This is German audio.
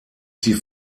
sie